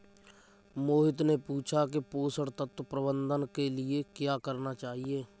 मोहित ने पूछा कि पोषण तत्व प्रबंधन के लिए क्या करना चाहिए?